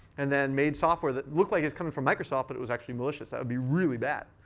and then made software that looked like it's coming from microsoft, but it was actually malicious. that would be really bad.